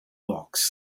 box